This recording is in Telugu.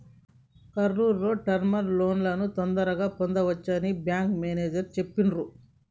కర్నూల్ లో టర్మ్ లోన్లను తొందరగా పొందవచ్చని బ్యేంకు మేనేజరు చెప్పిర్రు